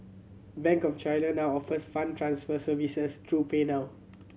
Bank of China now offers fund transfer services through PayNow